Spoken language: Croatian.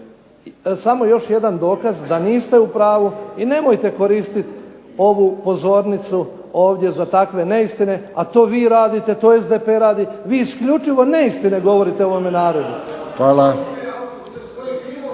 samo još jedan dokaz da niste u pravu i nemojte koristiti ovu govornicu ovdje za takve neistine a to vi radite, to SDP radi, vi isključivo neistine govorite o ovome narodu.